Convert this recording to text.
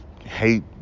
hate